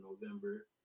November